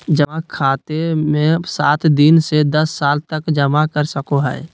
जमा खाते मे सात दिन से दस साल तक जमा कर सको हइ